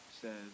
says